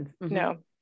No